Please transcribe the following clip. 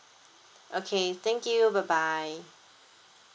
okay thank you bye bye